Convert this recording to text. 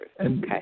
Okay